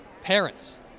parents